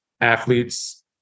athletes